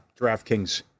DraftKings